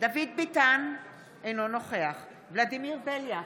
דוד ביטן, אינו נוכח ולדימיר בליאק,